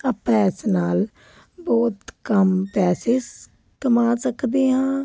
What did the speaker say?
ਆਪਾਂ ਇਸ ਨਾਲ ਬਹੁਤ ਕੰਮ ਪੈਸੇ ਸ ਕਮਾ ਸਕਦੇ ਹਾਂ